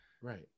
Right